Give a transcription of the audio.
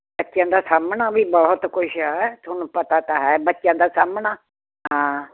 ਬੱਚਿਆਂ ਦਾ ਸਾਂਭਣਾ ਵੀ ਬਹੁਤ ਕੁਛ ਆ ਤੁਹਾਨੂੰ ਪਤਾ ਤਾਂ ਹੈ ਬੱਚਿਆਂ ਦਾ ਸਾਂਭਣਾ ਹਾਂ